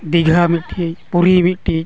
ᱫᱤᱜᱷᱟ ᱢᱤᱫᱴᱤᱡ ᱯᱩᱨᱤ ᱢᱤᱫᱴᱤᱡ